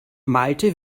malte